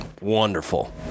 wonderful